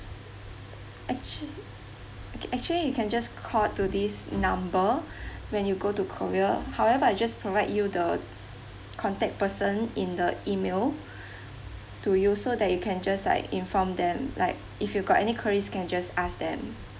actua~ actually you can just called to this number when you go to korea however I just provide you the contact person in the email to you so that you can just like inform them like if you've got any queries can just ask them